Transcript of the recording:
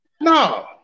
No